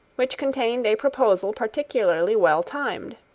which contained a proposal particularly well timed.